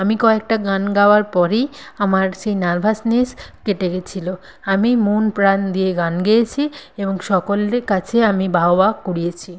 আমি কয়েকটা গান গাওয়ার পরেই আমার সেই নার্ভাসনেস কেটে গেছিলো আমি মন প্রাণ দিয়ে গান গেয়েছি এবং সকলের কাছে আমি বাহবা কুড়িয়েছি